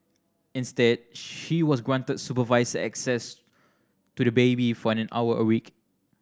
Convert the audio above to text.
instead she was granted supervised access to the baby for an hour a week